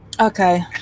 Okay